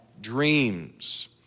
dreams